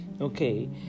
Okay